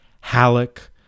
Halleck